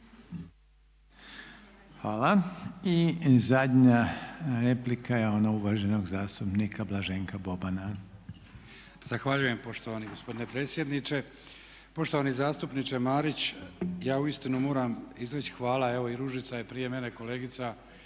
Hvala. I zadnja replika je ona uvaženog zastupnika Blaženka Bobana. **Boban, Blaženko (HDZ)** Zahvaljujem poštovani gospodine predsjedniče. Poštovani zastupniče Marić ja uistinu moram izreći hvala. Evo i Ružica je evo prije mene kolegica